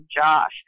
Josh